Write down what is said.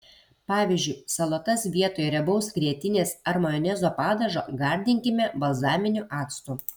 pavyzdžiui salotas vietoj riebaus grietinės ar majonezo padažo gardinkime balzaminiu actu